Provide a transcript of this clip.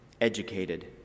educated